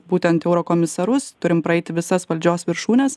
būtent eurokomisarus turim praeiti visas valdžios viršūnes